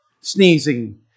sneezing